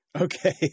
Okay